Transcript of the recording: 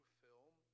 film